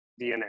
DNA